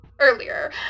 earlier